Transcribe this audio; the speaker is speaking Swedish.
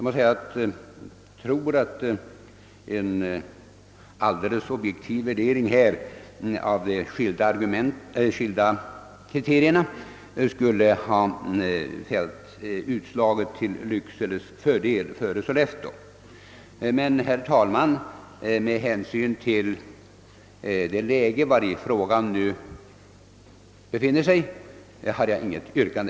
Jag tror att en helt objektiv värdering av de skilda kriterierna skulle ha fällt utslag till Lyckseles förmån. Men, herr talman, med hänsyn till det läge vari frågan nu befinner sig har jag inget yrkande.